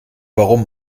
warum